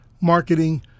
marketing